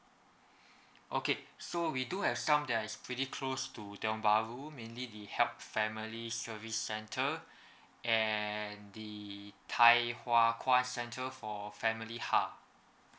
okay so we do have some that is pretty close to tiong bahru mainly the help family service center and the thye hua kwan center for family hug